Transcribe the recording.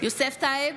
יוסף טייב,